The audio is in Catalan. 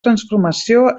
transformació